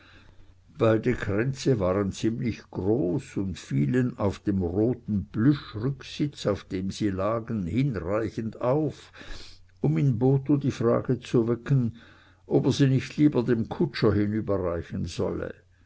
beide kränze waren ziemlich groß und fielen auf dem roten plüschrücksitz auf dem sie lagen hinreichend auf um in botho die frage zu wecken ob er sie nicht lieber dem kutscher hinüberreichen solle